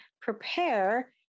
prepare